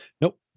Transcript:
Nope